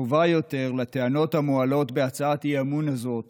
טובה יותר על הטענות המועלות בהצעת האי-אמון הזאת